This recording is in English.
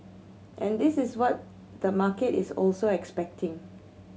and this is what the market is also expecting